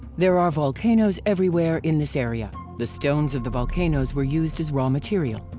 there are volcanoes everywhere in this area. the stones of the volcanoes were used as raw material.